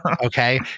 okay